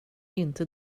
inte